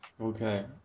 Okay